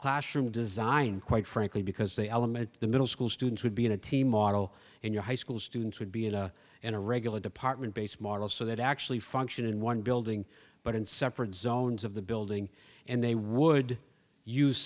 classroom design quite frankly because they element the middle school students would be in a team model and your high school students would be in a in a regular department base model so that actually function in one building but in separate zones of the building and they would use